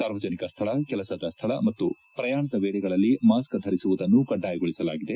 ಸಾರ್ವಜನಿಕ ಸ್ಥಳ ಕೆಲಸದ ಸ್ಥಳ ಮತ್ತು ಪ್ರಯಾಣದ ವೇಳೆಗಳಲ್ಲಿ ಮಾಸ್ಕ್ ಧರಿಸುವುದನ್ನು ಕಡ್ಡಾಯಗೊಳಿಸಲಾಗಿದೆ